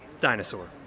dinosaur